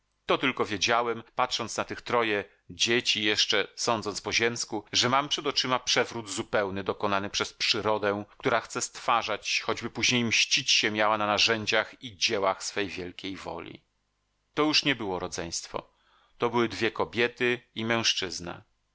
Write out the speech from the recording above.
to tylko wiedziałem patrząc na tych troje dzieci jeszcze sądząc po ziemsku że mam przed oczyma przewrót zupełny dokonany przez przyrodę która chce stwarzać choćby później mścić się miała na narzędziach i dziełach swej wielkiej woli to już nie było rodzeństwo to były dwie kobiety i mężczyzna